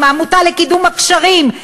עמותה לקידום הקשרים,